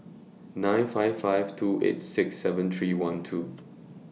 nine five five two eight six seven three one two